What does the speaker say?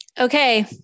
Okay